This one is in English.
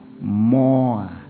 more